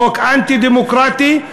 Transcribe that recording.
חוק אנטי-דמוקרטי,